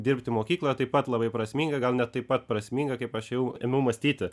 dirbti mokykloje taip pat labai prasminga gal net taip pat prasminga kaip aš jau ėmiau mąstyti